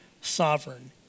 sovereign